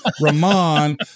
Ramon